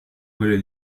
quelle